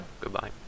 Goodbye